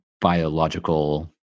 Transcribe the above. biological